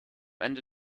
ende